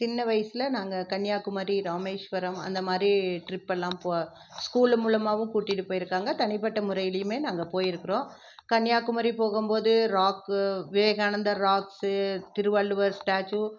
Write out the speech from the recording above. சின்ன வயசில் நாங்கள் கன்னியாகுமரி ராமேஷ்வரம் அந்தமாதிரி ட்ரிப் எல்லாம் போ ஸ்கூல் மூலமாகவும் கூட்டிகிட்டு போயிருக்காங்க தனிப்பட்ட முறையிலேயுமே நாங்கள் போயிருக்கோம் கன்னியாகுமரி போகும்போது rock Vivekanandar rocks Thiruvalluvar statue